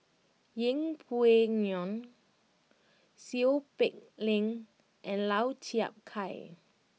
Yeng Pway Ngon Seow Peck Leng and Lau Chiap Khai